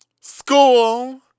school